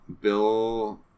Bill